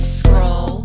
scroll